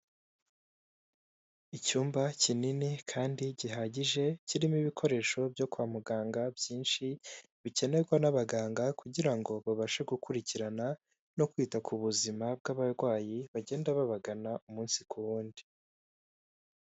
Icyumba kinini kandi gihagije, kirimo ibikoresho byo kwa muganga byinshi, bikenerwa n'abaganga kugira ngo babashe gukurikirana, no kwita ku buzima bw'abarwayi bagenda babagana umunsi ku wundi.